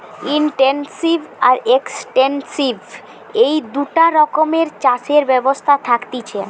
intensive আর extensive এই দুটা রকমের চাষের ব্যবস্থা থাকতিছে